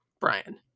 Brian